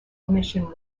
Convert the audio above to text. omission